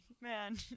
Man